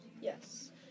yes